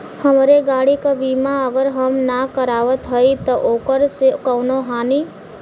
हमरे गाड़ी क बीमा अगर हम ना करावत हई त ओकर से कवनों हानि?